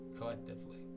collectively